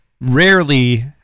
rarely